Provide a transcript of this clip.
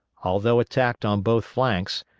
although attacked on both flanks,